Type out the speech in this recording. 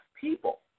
people